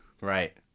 Right